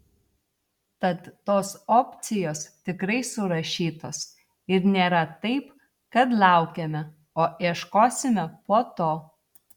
tad tos opcijos tikrai surašytos ir nėra taip kad laukiame o ieškosime po to